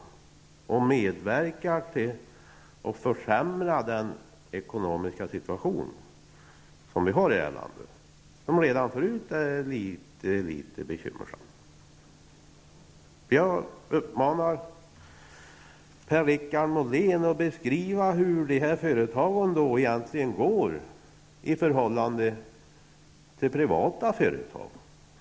Därigenom medverkar man ju till att den ekonomiska situationen i vårt land försämras, och denna är ju redan något bekymmersam. Jag uppmanar Per-Richard Molén att ge oss en beskrivning av hur de statliga företagen resultatmässigt egentligen går i förhållande till de privata företagen.